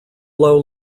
low